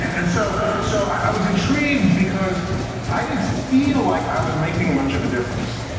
and so, so i was intrigued because i didn't feel like i was making much of a difference.